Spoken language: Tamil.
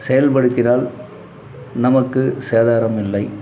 செயல்படுத்தினால் நமக்கு சேதாரம் இல்லை